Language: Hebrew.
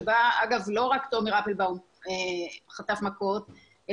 שבה אגב לא רק תומר אפלבאום חטף מכות אלא